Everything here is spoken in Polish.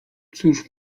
cóż